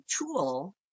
tool